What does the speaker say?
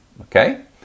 okay